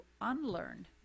unlearn